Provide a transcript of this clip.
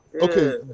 Okay